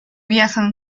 viajan